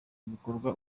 ibikorwa